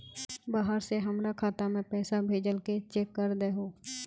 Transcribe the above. बाहर से हमरा खाता में पैसा भेजलके चेक कर दहु?